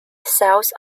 cells